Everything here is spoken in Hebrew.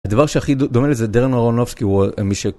הדבר שהכי דומה לזה, דרן אורנובסקי הוא מישהו...